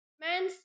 Man